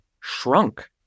shrunk